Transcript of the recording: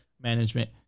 management